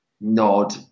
nod